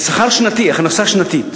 שמרוויח מהכנסה שנתית,